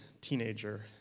teenager